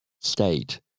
state